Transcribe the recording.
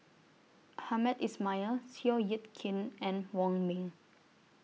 Hamed Ismail Seow Yit Kin and Wong Ming